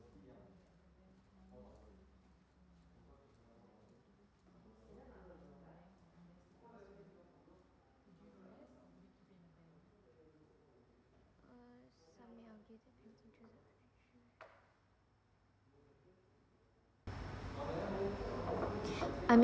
I'm